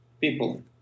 people